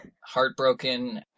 Heartbroken